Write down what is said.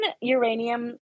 uranium